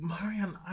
Marian